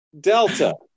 Delta